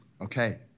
Okay